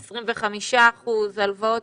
25 אחוזים.